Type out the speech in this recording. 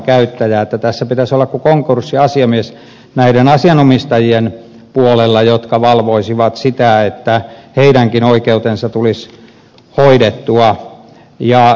tässä pitäisi olla ikään kuin konkurssiasiamies näiden asianomistajien puolella joka valvoisi sitä että heidänkin oikeutensa tulisi hoidettua